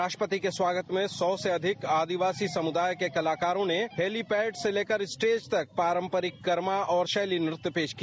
राष्ट्रपति के स्वागत में सौ से अधिक आदिवासी समुदाय के कलाकारों ने हैलीपैड से लेकर स्टेज तक पारंपरिक कर्मा और शैली नृत्य पेश किया